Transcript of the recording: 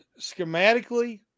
schematically